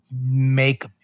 make